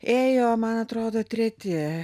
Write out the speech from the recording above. ėjo man atrodo treti